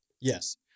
Yes